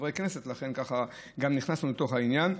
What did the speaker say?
מחברי כנסת, ולכן ככה גם נכנסנו לתוך העניין.